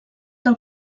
del